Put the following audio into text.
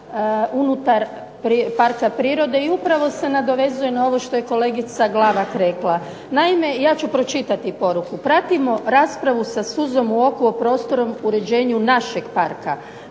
unutar parka prirode i upravo se nadovezuje na ovo što je kolegica Glavak rekla. Naime, ja ću pročitati poruku, pratimo raspravu sa suzom u oku o prostornom uređenju našeg poruka.